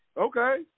Okay